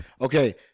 Okay